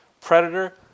Predator